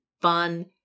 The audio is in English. fun